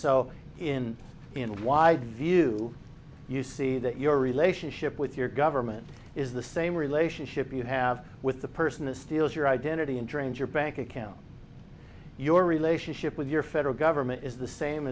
so in why did view you see that your relationship with your government is the same relationship you have with the person that steals your identity and drains your bank account your relationship with your federal government is the same